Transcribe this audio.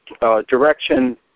Direction